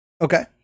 Okay